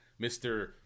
Mr